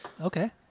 Okay